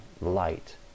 light